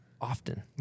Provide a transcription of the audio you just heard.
often